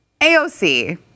AOC